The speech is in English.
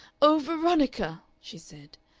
oh, veronica! she said,